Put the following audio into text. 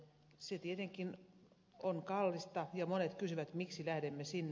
se tietenkin on kallista ja monet kysyvät miksi lähdimme sinne